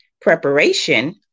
Preparation